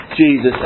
Jesus